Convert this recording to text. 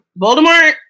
Voldemort